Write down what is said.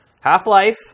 Half-Life